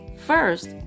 first